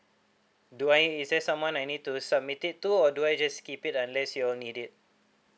do I is there someone I need to submit it to or do I just keep it unless you all need it